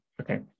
okay